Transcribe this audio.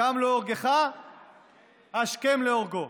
הקם להורגך השכם להורגו,